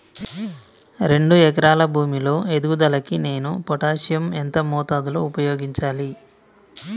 రెండు ఎకరాల భూమి లో ఎదుగుదలకి నేను పొటాషియం ఎంత మోతాదు లో ఉపయోగించాలి?